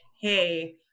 hey